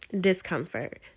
discomfort